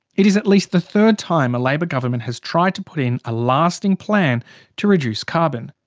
it is at least the third time a labor government has tried to put in a lasting plan to reduce carbon.